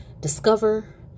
Discover